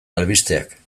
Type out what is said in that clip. albisteak